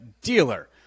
dealer